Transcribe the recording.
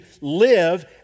live